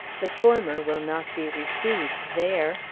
the former will not be received there,